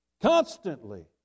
constantly